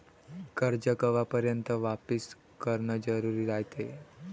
कर्ज कवापर्यंत वापिस करन जरुरी रायते?